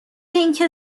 اینکه